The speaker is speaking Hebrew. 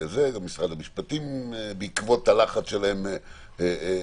גם משרד המשפטים בעקבות הלחץ שלהם התנגד.